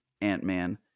Ant-Man